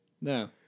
No